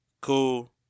cool